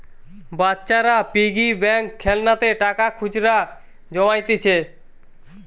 বাচ্চারা piggy bank খেলনাতে টাকা খুচরা জমাইতিছে